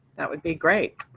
that would be great.